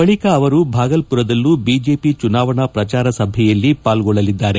ಬಳಿಕ ಅವರು ಬಾಗಲ್ಪುರದಲ್ಲೂ ಬಿಜೆಪಿ ಚುನಾವಣಾ ಪ್ರಚಾರ ಸಭೆಯಲ್ಲಿ ಪಾಲ್ಲೊಳ್ಲಲಿದ್ದಾರೆ